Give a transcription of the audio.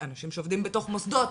אנשים שעובדים בתוך מוסדות,